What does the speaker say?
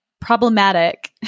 problematic